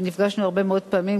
ונפגשנו הרבה מאוד פעמים,